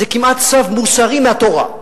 זה כמעט צו מוסרי מהתורה.